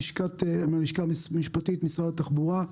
מהלשכה המשפטית של משרד התחבורה,